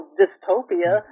dystopia